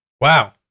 Wow